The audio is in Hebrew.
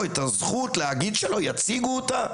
או את הזכות להגיד שלא יציגו אותה?